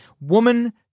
woman